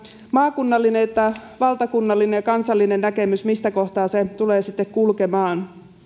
maakunnallinen että valtakunnallinen että kansallinen näkemys mistä kohtaa se tulee sitten kulkemaan